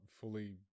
fully